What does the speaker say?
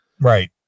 Right